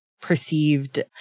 perceived